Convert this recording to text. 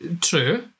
True